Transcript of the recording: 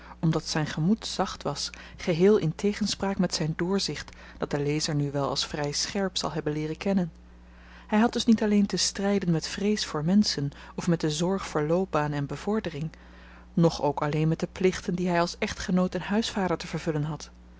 omdat zyn gemoed zacht was geheel in tegenspraak met zyn doorzicht dat de lezer nu wel als vry scherp zal hebben leeren kennen hy had dus niet alleen te stryden met vrees voor menschen of met de zorg voor loopbaan en bevordering noch ook alleen met de plichten die hy als echtgenoot en huisvader te vervullen had